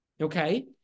Okay